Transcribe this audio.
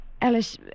Alice